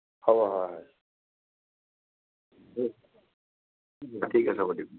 হ'ব হয় হয় অ' ঠিক আছে হ'ব দিয়ক